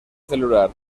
celular